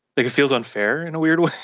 like, it feels unfair in a weird way.